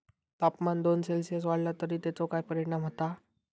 तापमान दोन सेल्सिअस वाढला तर तेचो काय परिणाम होता?